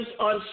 on